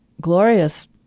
glorious